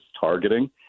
targeting